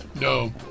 No